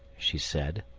she said,